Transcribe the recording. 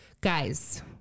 guys